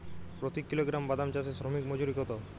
প্রতি কিলোগ্রাম বাদাম চাষে শ্রমিক মজুরি কত?